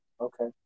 okay